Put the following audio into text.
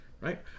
right